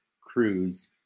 cruise